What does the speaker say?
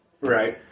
Right